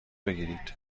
بگیرید